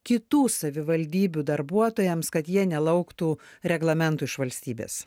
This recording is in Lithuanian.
kitų savivaldybių darbuotojams kad jie nelauktų reglamentų iš valstybės